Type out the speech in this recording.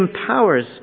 empowers